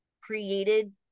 created